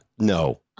No